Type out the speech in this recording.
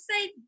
say